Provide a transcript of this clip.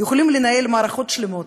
אנחנו יכולים לנהל מערכות שלמות,